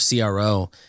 CRO